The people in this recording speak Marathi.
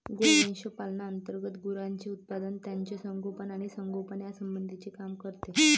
गोवंश पालना अंतर्गत गुरांचे उत्पादन, त्यांचे संगोपन आणि संगोपन यासंबंधीचे काम येते